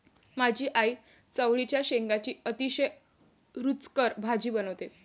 माझी आई चवळीच्या शेंगांची अतिशय रुचकर भाजी बनवते